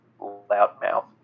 loudmouth